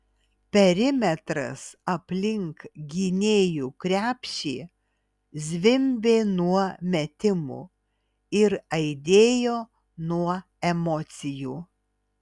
perimetras aplink gynėjų krepšį zvimbė nuo metimų ir aidėjo nuo emocijų